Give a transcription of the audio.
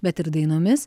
bet ir dainomis